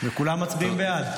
וכולם מצביעים בעד.